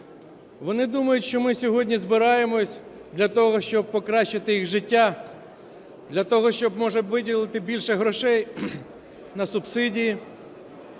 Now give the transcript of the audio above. Вони думають, що ми сьогодні збираємось для того, щоб покращити їх життя, для того, щоб, може, виділити більше грошей на субсидії,